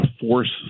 force